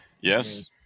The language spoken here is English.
Yes